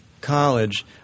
college